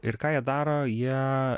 ir ką jie daro jie